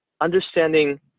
understanding